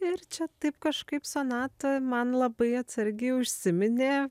ir čia taip kažkaip sonata man labai atsargiai užsiminė